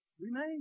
Remain